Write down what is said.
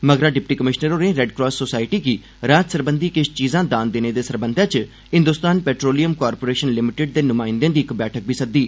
मगरा deputy commissioner होरें red cross society गी राहत सरबंधी किश चीजां दान देने दे सरबंधै च हिंदोस्तान पेट्रोलियम कारपोरेशन लिमिटेड दे न्माइंदे दी इक बैठक बी लोआई